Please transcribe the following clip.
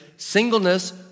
Singleness